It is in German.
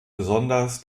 besonders